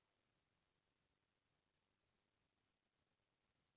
उपकरण कतका प्रकार के होथे?